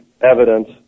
evidence